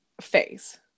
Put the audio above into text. phase